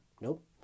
Nope